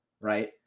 right